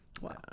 Wow